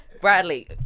Bradley